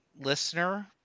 listener